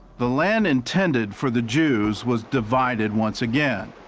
the land intended for the jews was divided once again.